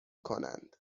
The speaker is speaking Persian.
کنند